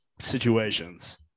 situations